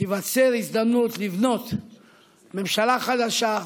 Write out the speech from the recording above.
תיווצר הזדמנות לבנות ממשלה חדשה,